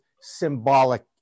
symbolic